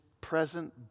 present